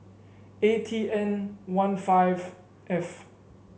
A T N one five F